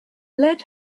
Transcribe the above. lead